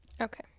okay